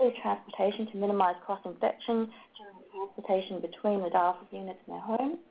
ah transportation to minimize cross-infection during transportation between the dialysis units and their homes,